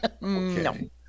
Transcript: No